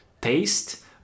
taste